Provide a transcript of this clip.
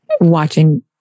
Watching